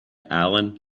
alan